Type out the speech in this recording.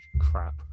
crap